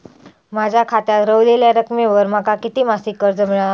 माझ्या खात्यात रव्हलेल्या रकमेवर माका किती मासिक कर्ज मिळात?